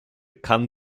kann